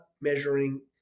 measuring